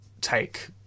take